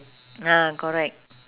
ah correct